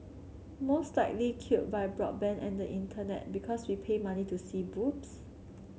most likely killed by broadband and the Internet because we pay money to see boobs